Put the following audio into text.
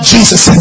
Jesus